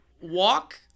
Walk